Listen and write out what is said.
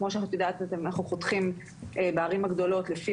כמו שאת יודעת אנחנו חותכים בערים הגדולות לפי